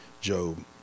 Job